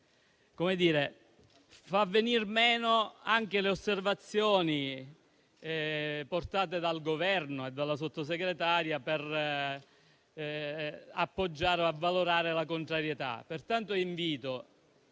emendamento fa venir meno anche le osservazioni portate dal Governo e dalla Sottosegretaria per appoggiare o avvalorare la contrarietà. Invito